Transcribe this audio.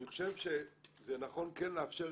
אני חושב שזה נכון כן לאפשר